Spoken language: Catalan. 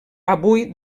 avui